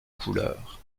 couleur